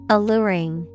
Alluring